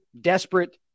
desperate